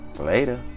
Later